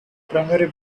primary